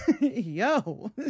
yo